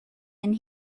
and